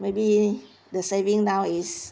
maybe the saving now is